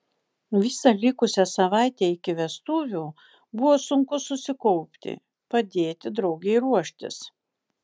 visą likusią savaitę iki vestuvių buvo sunku susikaupti padėti draugei ruoštis